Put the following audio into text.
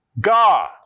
God